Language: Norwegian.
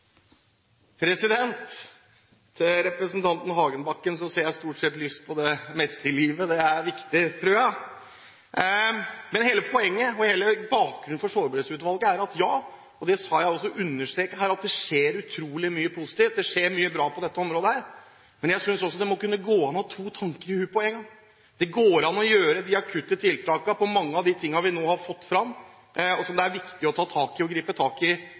Til representanten Hagebakken: Jeg ser stort sett lyst på det meste i livet. Det er viktig, tror jeg. Hele poenget med og bakgrunnen for Sårbarhetsutvalget – og det skal jeg også understreke her – er at det skjer utrolig mye positivt og bra på dette området, men jeg synes også det må kunne gå an å ha to tanker i hodet på én gang. Det går an å gjøre de akutte tiltakene på mange av de tingene vi nå har fått fram, og som det er viktig å ta tak i og gripe tak i